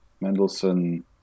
Mendelssohn